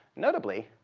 notably,